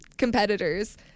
competitors